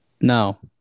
No